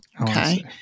Okay